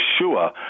Yeshua